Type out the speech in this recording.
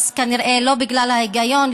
אז כנראה לא בגלל ההיגיון,